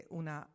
una